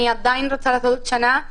אני עדיין רוצה לעשות עוד שנה,